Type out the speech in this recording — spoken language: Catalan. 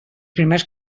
primers